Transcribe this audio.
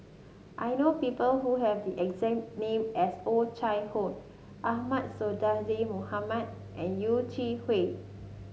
I know people who have the exact name as Oh Chai Hoo Ahmad Sonhadji Mohamad and Yeh Chi Wei